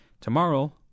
Tomorrow